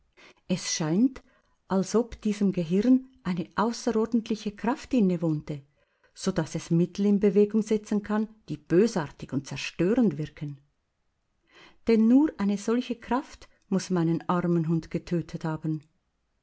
es scheint als ob diesem gehirn eine außerordentliche kraft innewohnte sodaß es mittel in bewegung setzen kann die bösartig und zerstörend wirken denn nur eine solche kraft muß meinen armen hund getötet haben